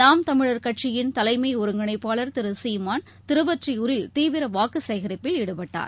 நாம் தமிழர் கட்சியின் தலைமைஒருங்கிணைப்பாளர் திருசீமான் திருவொற்றியூரில் தீவிரவாக்குசேகரிப்பில் ஈடுபட்டார்